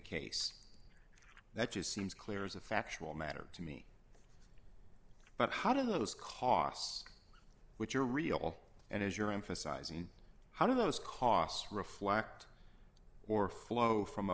case that is seems clear as a factual matter to me but how do those costs which are real and as you're emphasizing how do those costs reflect or flow from a